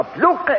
look